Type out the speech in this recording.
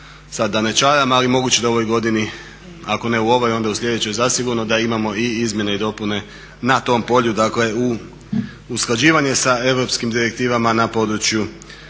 sada da ne čaram ali moguće da u ovoj godini, ako ne u ovom onda u sljedećoj zasigurno da imamo i izmjene i dopune na tom polju, dakle u usklađivanje sa europskim direktivama na području